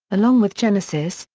along with genesis,